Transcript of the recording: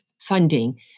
funding